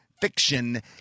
fiction